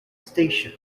station